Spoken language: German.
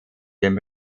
dem